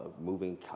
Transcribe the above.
Moving